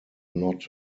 not